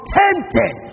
tempted